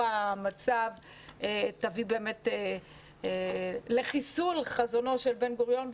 המצב תביא באמת לחיסול חזונו של בן גוריון.